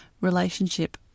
relationship